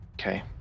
Okay